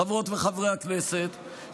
חברות וחברי הכנסת,